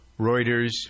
Reuters